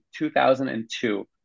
2002